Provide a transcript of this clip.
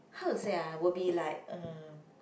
how to say ah will be like um